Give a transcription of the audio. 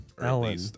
Alan